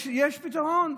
יש פתרון,